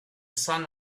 sun